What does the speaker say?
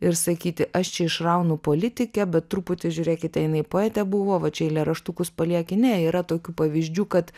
ir sakyti aš čia išraunu politikę bet truputį žiūrėkite jinai poetė buvo va čia eilėraštukus palieki ne yra tokių pavyzdžių kad